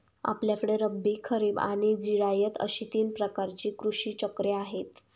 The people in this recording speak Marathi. आपल्याकडे रब्बी, खरीब आणि जिरायत अशी तीन प्रकारची कृषी चक्रे आहेत